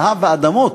זהב ואדמות.